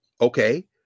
okay